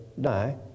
die